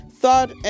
thought